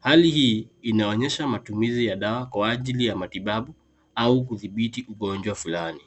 Hali hii inaonyesha matumizi ya dawa kwa ajili ya matibabu au kudhibiti ugonjwa fulani.